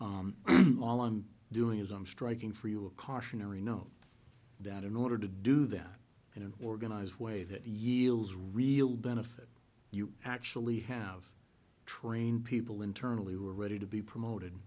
all i'm doing is i'm striking for you a cautionary note that in order to do them in an organized way that yields real benefit you actually have trained people internally we're ready to be promoted